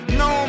no